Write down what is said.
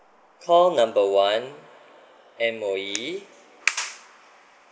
call number one M_O_E